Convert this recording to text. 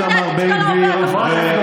יש לך ארבעה מנדטים, אתה לא עובר את אחוז החסימה.